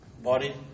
body